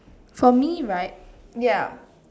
for me right ya